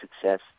success